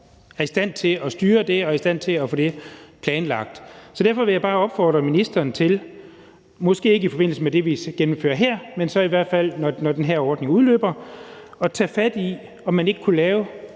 er i stand til at styre det og i stand til at få det planlagt. Derfor vil jeg bare opfordre ministeren til, måske ikke i forbindelse med det, vi gennemfører her, men så i hvert fald, når den her ordning udløber, at tage fat i det med, om man ikke kunne lave